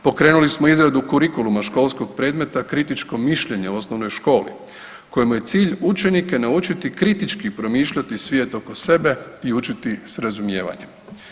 Pokrenuli smo izradu kurikuluma školskog predmeta kritičko mišljenje u osnovnoj školi koji mu je cilj učenike naučiti kritički promišljati svijet oko sebe i učiti s razumijevanjem.